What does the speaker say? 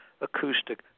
acoustic